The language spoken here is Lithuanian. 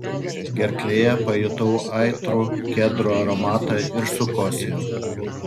gerklėje pajutau aitrų kedrų aromatą ir sukosėjau